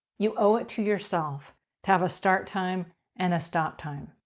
you owe it to yourself to have a start time and a stop time.